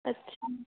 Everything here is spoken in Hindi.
अच्छा